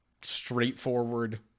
straightforward